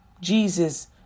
Jesus